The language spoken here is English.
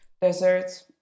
deserts